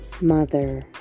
Mother